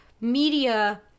media